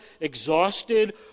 exhausted